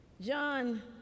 John